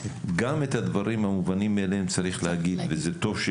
גם את הדברים המובנים מאליהם צריך להגיד וזה טוב,